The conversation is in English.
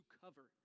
cover